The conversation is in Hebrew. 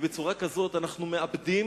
בצורה כזאת אנחנו מאבדים